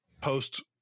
post